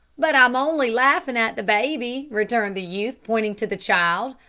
but i'm only laughing at the baby, returned the youth, pointing to the child,